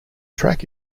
track